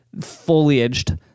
foliaged